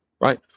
right